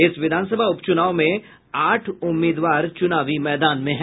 इस विधानसभा उपचुनाव में आठ उम्मीदवार चुनावी मैदान में हैं